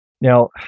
now